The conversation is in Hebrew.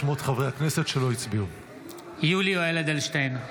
(קורא בשמות חברי הכנסת) יולי יואל אדלשטיין,